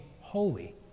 holy